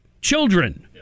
children